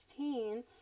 2016